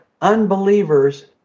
unbelievers